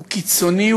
הוא קיצוני,